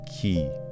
key